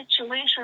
situation